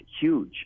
huge